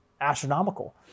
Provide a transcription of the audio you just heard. astronomical